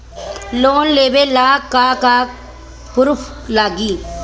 Loan लेबे ला का का पुरुफ लागि?